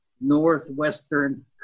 northwestern